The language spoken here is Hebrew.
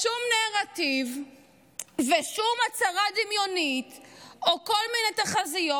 שום נרטיב ושום הצהרה דמיונית או כל מיני תחזיות